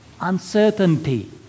uncertainty